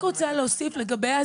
התייחסו פה להסדרה